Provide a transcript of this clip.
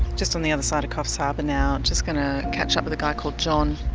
just on the other side of coffs harbour now just going to catch up with a guy called john.